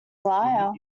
liar